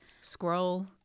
scroll